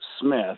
Smith